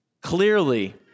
Clearly